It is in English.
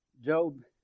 Job